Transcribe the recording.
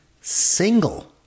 single